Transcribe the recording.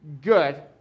good